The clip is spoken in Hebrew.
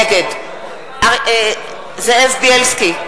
נגד זאב בילסקי,